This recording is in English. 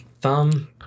thumb